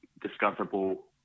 discoverable